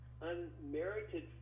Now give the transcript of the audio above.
unmerited